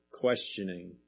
questioning